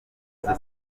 izo